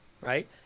right